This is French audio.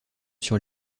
sur